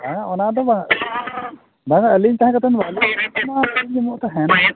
ᱦᱮᱸ ᱚᱱᱟ ᱫᱚ ᱵᱟᱝ ᱵᱟᱝᱟ ᱟᱹᱞᱤᱧ ᱛᱟᱦᱮᱸ ᱠᱟᱛᱮᱫ ᱫᱚ ᱛᱟᱦᱮᱱ